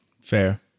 Fair